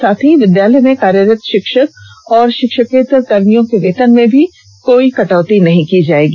साथ ही विद्यालय में कार्यरत शिक्षक और शिक्षकेत्तर कर्भियों के वेतन में कोई कटौती नहीं की जाएगी